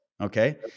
okay